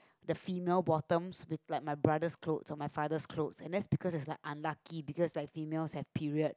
the female bottoms with like my brother's clothes or my father's clothes and that is because is like unlucky because female have period